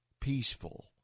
peaceful